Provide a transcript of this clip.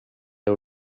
our